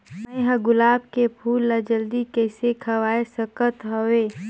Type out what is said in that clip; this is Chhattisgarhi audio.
मैं ह गुलाब के फूल ला जल्दी कइसे खवाय सकथ हवे?